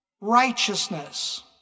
righteousness